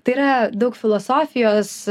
tai yra daug filosofijos